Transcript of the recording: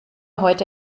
heute